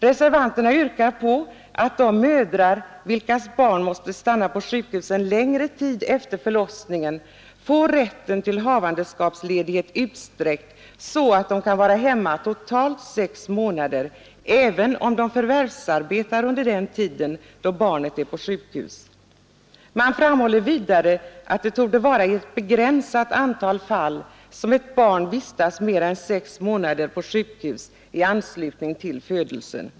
Reservanterna yrkar att de mödrar vilkas barn måste stanna på sjukhus en längre tid efter förlossningen får rätten till havandeskapsledighet utsträckt så att de kan vara hemma totalt 6 månader även om de förvärvsarbetar under den tid barnet är på sjukhus. Man framhåller vidare att det torde vara i ett begränsat antal fall som ett barn vistas mer än 6 månader på sjukhus i anslutning till födelse.